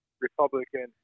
Republican